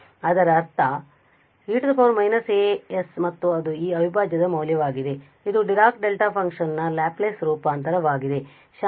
ಅದರ ಅರ್ಥ e −as ಮತ್ತು ಅದು ಈ ಅವಿಭಾಜ್ಯದ ಮೌಲ್ಯವಾಗಿದೆ ಇದು ಡಿರಾಕ್ ಡೆಲ್ಟಾ ಫಂಕ್ಷನ್ ನ ಲ್ಯಾಪ್ಲೇಸ್ ರೂಪಾಂತರವಾಗಿದೆ